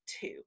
two